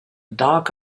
dark